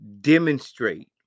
Demonstrate